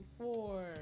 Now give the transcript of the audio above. Four